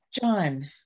John